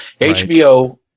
HBO